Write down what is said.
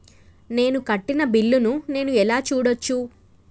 నేను కట్టిన బిల్లు ను నేను ఎలా చూడచ్చు?